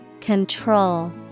Control